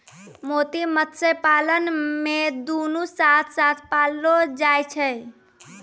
मोती मत्स्य पालन मे दुनु साथ साथ पाललो जाय छै